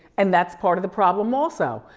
and that's part of the problem also,